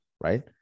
right